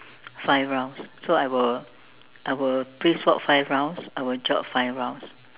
five rounds so I will I will brisk walk five rounds I will jog five rounds